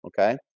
okay